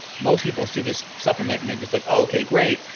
most people see this supplement and they're just like ok great.